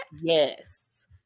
Yes